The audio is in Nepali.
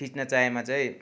खिँच्न चाहेमा चाहिँ